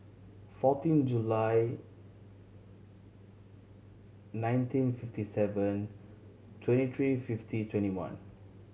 fourteen July nineteen fifty seven twenty three fifty twenty one